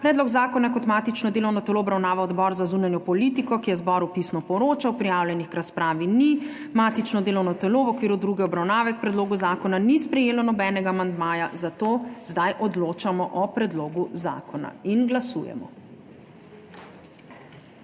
Predlog zakona je kot matično delovno telo obravnaval Odbor za zunanjo politiko, ki je zboru pisno poročal. Prijavljenih k razpravi ni. Matično delovno telo v okviru druge obravnave k predlogu zakona ni sprejelo nobenega amandmaja, zato zdaj odločamo o predlogu zakona. Glasujemo.